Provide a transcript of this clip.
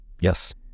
yes